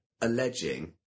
alleging